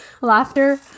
laughter